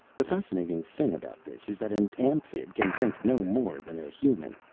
the fascinating thing about this is that an amphib can drink no more than a human.